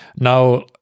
now